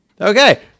Okay